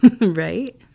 right